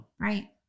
Right